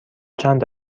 چند